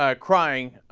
ah crying ah.